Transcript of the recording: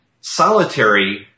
solitary